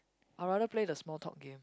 I'll rather play the small talk game